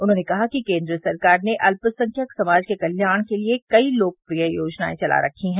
उन्होंने कहा कि केन्द्र सरकार ने अत्यसंख्यक समाज के कल्याण के लिए कई लोकप्रिय योजनाएं चला रखी है